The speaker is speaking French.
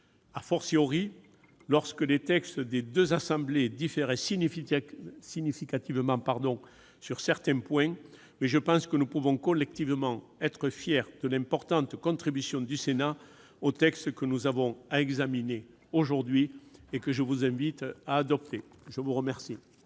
concessions, lorsque les textes des deux assemblées différaient significativement sur certains points, mais je pense que nous pouvons collectivement être fiers de l'importante contribution du Sénat au texte que nous avons à examiner aujourd'hui et que je vous invite à adopter. La parole